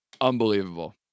Unbelievable